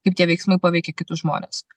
kaip tie veiksmai paveikia kitus žmones